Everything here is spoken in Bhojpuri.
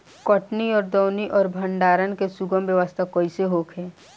कटनी और दौनी और भंडारण के सुगम व्यवस्था कईसे होखे?